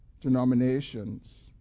denominations